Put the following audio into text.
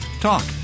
Talk